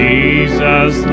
Jesus